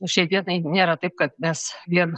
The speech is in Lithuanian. šiai dienai nėra taip kad mes vien